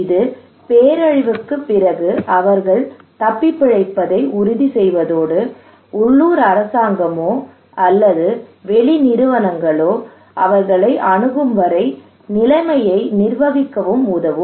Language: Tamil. இது பேரழிவுக்குப் பிறகு அவர்கள் தப்பிப்பிழைப்பதை உறுதி செய்வதோடு உள்ளூர் அரசாங்கமோ அல்லது வெளி நிறுவனங்களோ அவர்களை அணுகும் வரை நிலைமையை நிர்வகிக்கவும் உதவும்